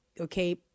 okay